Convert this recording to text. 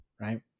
right